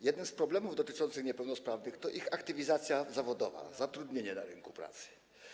Jednym z problemów dotyczących niepełnosprawnych jest ich aktywizacja zawodowa, zatrudnienie na rynku pracy.